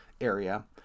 area